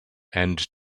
and